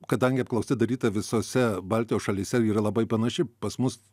kadangi apklausa daryta visose baltijos šalyse yra labai panaši pas mus